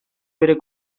bere